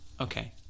okay